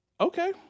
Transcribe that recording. Okay